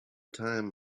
time